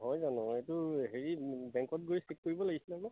হয় জানো এইটো হেৰি বেংকত গৈ চেক কৰিব লাগিছিলে